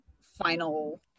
final